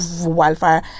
wildfire